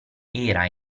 era